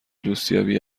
دوستیابی